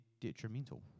detrimental